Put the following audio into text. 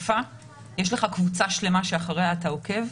שנחשפה יש לך קבוצה שלמה שאחריה אתה עוקב.